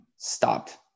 stopped